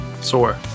Sore